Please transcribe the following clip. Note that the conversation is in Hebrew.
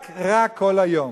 רק רע כל היום.